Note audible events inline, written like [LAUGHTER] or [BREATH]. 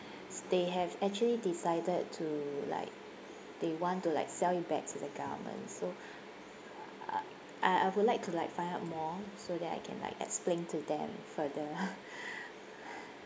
they have actually decided to like they want to like sell it back to the government so [BREATH] I I would like to like find out more so that I can like explain to them further [LAUGHS] [BREATH]